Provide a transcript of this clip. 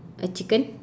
a chicken